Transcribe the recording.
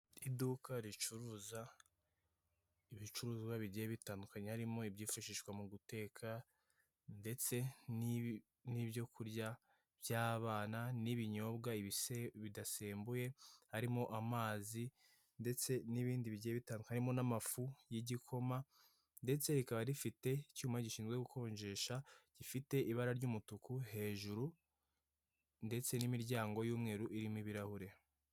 Iduka ricuruza ibicuruzwa bigiye bitandukanye, harimo ibyifashishwa mu guteka, ndetse n'ibyokurya by'abana, n'ibinyobwa ibise bidasembuye, harimo amazi, ndetse n'ibindi bigiye bitandukanye harimo n'amafu y'igikoma, ndetse rikaba rifite icyuma gishinzwe gukonjesha gifite ibara ry'umutuku hejuru, ndetse n'imiryango y'umweru irimo ibirahure.